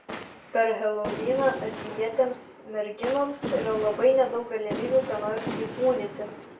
per heloviną azijietėms merginoms yra labai nedaug galimybių ką nors įkūnyti